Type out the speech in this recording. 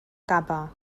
capa